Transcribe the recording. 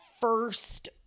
first